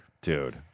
Dude